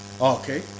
Okay